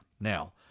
Now